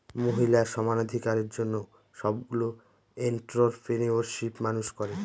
মহিলা সমানাধিকারের জন্য সবগুলো এন্ট্ররপ্রেনিউরশিপ মানুষ করে